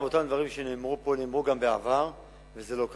אותם דברים שנאמרו פה נאמרו גם בעבר וזה לא קרה.